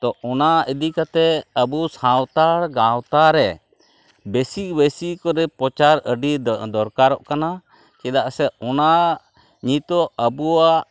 ᱛᱚ ᱚᱱᱟ ᱤᱫᱤᱠᱟᱛᱮ ᱟᱵᱚ ᱥᱟᱶᱛᱟ ᱜᱟᱶᱛᱟᱨᱮ ᱵᱮᱥᱤ ᱵᱮᱥᱤ ᱠᱚᱨᱮ ᱯᱚᱪᱟᱨ ᱟᱹᱰᱤ ᱫᱚᱨᱠᱟᱨᱚᱜ ᱠᱟᱱᱟ ᱪᱮᱫᱟᱜ ᱥᱮ ᱚᱱᱟ ᱱᱤᱛᱚᱜ ᱟᱵᱚᱣᱟᱜ